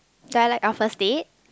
do I like our first date